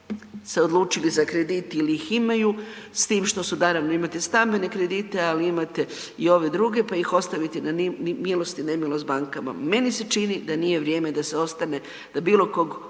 se odlučili za kredit ili ih imaju s tim što su naravno imate stambene kredite, ali imate i ove druge, pa ih ostaviti na milost i nemilost bankama. Meni se čini da nije vrijeme da se ostane, da bilo kog